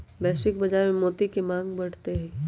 वैश्विक बाजार में मोती के मांग बढ़ते हई